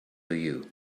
you